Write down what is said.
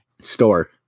Store